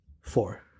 four